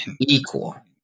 equal